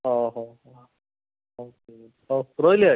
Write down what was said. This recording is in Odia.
ହଁ ହଉ ରହିଲି ଆଜ୍ଞା